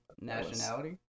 Nationality